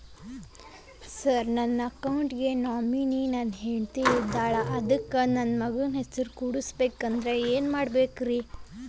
Sir ನನ್ನ account ಗೆ nominee ನನ್ನ ಹೆಂಡ್ತಿ ಇದ್ದಾಳ ಅದಕ್ಕ ನನ್ನ ಮಗನ ಹೆಸರು ಸೇರಸಬಹುದೇನ್ರಿ?